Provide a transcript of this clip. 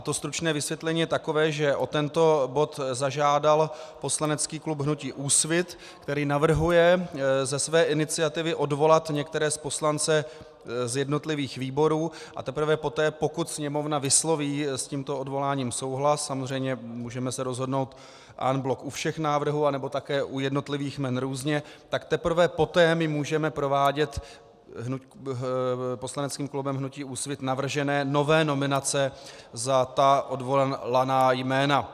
To stručné vysvětlení je takové, že o tento bod zažádal poslanecký klub hnutí Úsvit, který navrhuje ze své iniciativy odvolat některé poslance z jednotlivých výborů, a teprve poté, pokud Sněmovna vysloví s tímto odvoláním souhlas, samozřejmě můžeme se rozhodnout en bloc u všech návrhů, anebo také u jednotlivých jmen různě, tak teprve poté můžeme provádět poslaneckým klubem hnutí Úsvit navržené nové nominace za odvolaná jména.